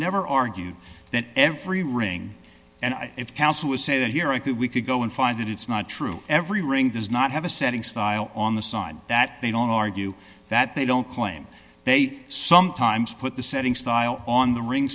never argued that every ring and i if counsel would say that here i could we could go and find that it's not true every ring does not have a setting style on the sign that they don't argue that they don't claim they sometimes put the setting style on the ring